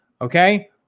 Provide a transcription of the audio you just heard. Okay